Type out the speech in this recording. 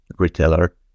Retailer